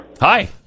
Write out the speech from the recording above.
Hi